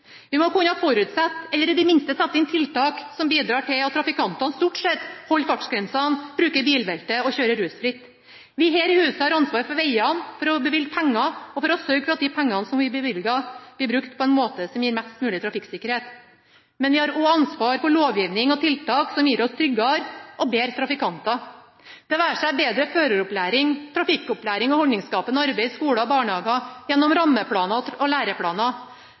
Vi må kunne forutsette – eller i det minste sette inn tiltak som bidrar til – at trafikantene stort sett holder fartsgrensene, bruker bilbeltet og kjører rusfritt. Vi her i huset har ansvar for vegene, for å bevilge penger og for å sørge for at de pengene som vi bevilger, blir brukt på en måte som gir mest mulig trafikksikkerhet. Men vi har også ansvar for lovgivning og tiltak som gir oss tryggere og bedre trafikanter – det være seg bedre føreropplæring, trafikkopplæring og holdningsskapende arbeid i skoler og barnehager gjennom rammeplaner og læreplaner og,